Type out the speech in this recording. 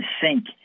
sink